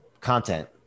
content